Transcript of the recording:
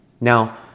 Now